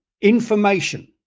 information